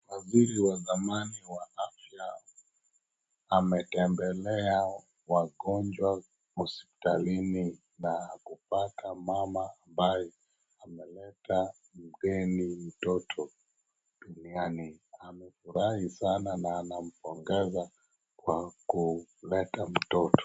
Waziri wazamani wa afya ametembelea wagonjwa hospitalini na kupata mama ambaye ameleta mgeni mtoto duniani. Amefurahi sana na anampongeza kwa kuleta mtoto.